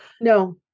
No